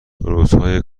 روزهای